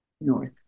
north